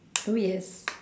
so yes